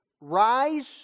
rise